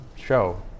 show